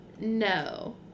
No